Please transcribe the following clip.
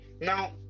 now